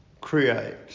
create